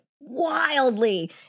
wildly